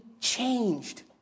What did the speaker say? changed